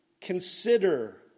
Consider